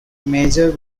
major